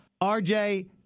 RJ